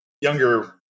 younger